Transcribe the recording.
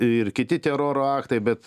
ir kiti teroro aktai bet